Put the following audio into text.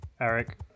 Eric